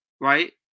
right